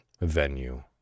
venue